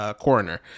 coroner